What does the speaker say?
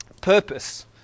purpose